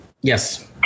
Yes